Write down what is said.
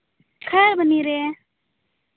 ᱠᱷᱟᱭᱮᱨᱵᱚᱱᱤ ᱨᱮ